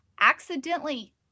accidentally